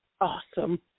Awesome